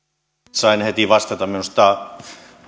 sain heti vastata minusta